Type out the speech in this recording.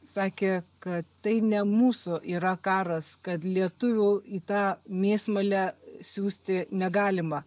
sakė kad tai ne mūsų yra karas kad lietuvių į tą mėsmalę siųsti negalima